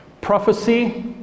Prophecy